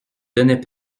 donnait